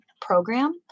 program